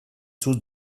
tous